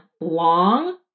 long